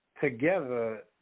together